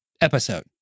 episode